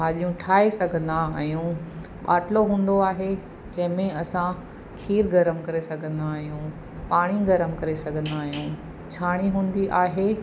भाॼियूं ठाहे सघंदा आहियूं बाटलो हूंदो आहे जंहिंमें असां खीर गरम करे सघंदा आहियूं पाणी गरम करे सघंदा आहियूं छाणी हूंदी आहे